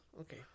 Okay